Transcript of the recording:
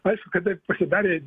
aišku kada pasidarė